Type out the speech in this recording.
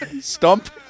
Stump